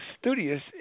Studious